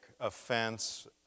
offense